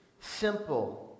simple